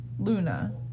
Luna